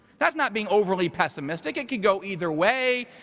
that's not being overly pessimistic. it could go either way.